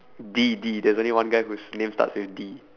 D D there's only one guy whose name starts with D